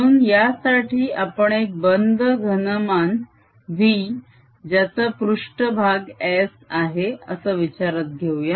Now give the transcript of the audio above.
म्हणून यासाठी आपण एक बंद घनमान V ज्याचा पृष्ट्भाग S आहे असा विचारात घेऊया